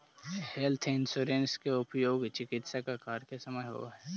health insurance के उपयोग चिकित्स कार्य के समय होवऽ हई